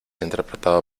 interpretado